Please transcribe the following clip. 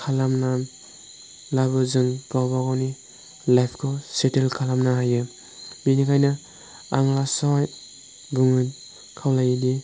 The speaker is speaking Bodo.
खालामना लाब्ला जों गावबागावनि लाइफ खौ सेटोल खालामनो हायो बेनिखायनो आं लास्ट आवहाय बुंनो खावलायोदि